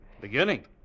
Beginning